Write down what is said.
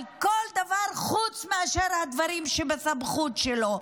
על כל דבר חוץ מאשר על הדברים שבסמכות שלו,